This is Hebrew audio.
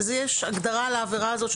יש הגדרה לעבירה הזאת,